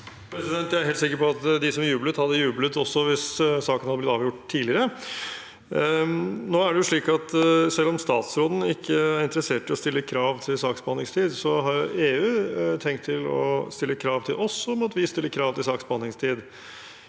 Jeg er helt sikker på at de som jublet, også hadde jublet hvis saken hadde blitt avgjort tidligere. Selv om statsråden ikke er interessert i å stille krav til saksbehandlingstid, har EU tenkt å stille krav til oss om at vi stiller krav til saksbehandlingstid.